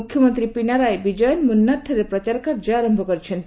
ମୁଖ୍ୟମନ୍ତ୍ରୀ ପିନାରାଇ ବିଜୟନ୍ ମୁନ୍ନାରଠାରେ ପ୍ରଚାର କାର୍ଯ୍ୟ ଆରମ୍ଭ କରିଛନ୍ତି